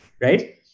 right